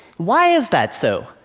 why is that so,